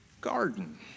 garden